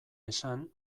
esan